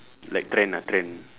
like trend ah trend